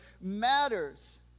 matters